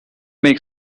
make